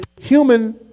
human